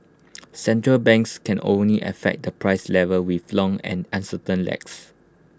central banks can only affect the price level with long and uncertain lags